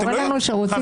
קורה לנו שרוצים את האמת.